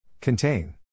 Contain